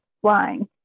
flying